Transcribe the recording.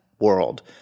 world